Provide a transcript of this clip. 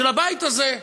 של הבית הזה.